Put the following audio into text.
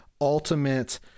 ultimate